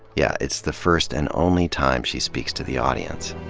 yeah. it's the first and only time she speaks to the audience.